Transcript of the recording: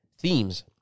themes